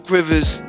Rivers